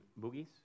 boogies